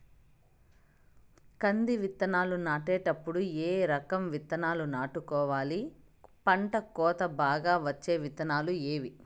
కంది విత్తనాలు నాటేటప్పుడు ఏ రకం విత్తనాలు నాటుకోవాలి, పంట కోత బాగా వచ్చే విత్తనాలు ఏవీ?